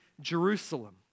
Jerusalem